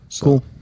Cool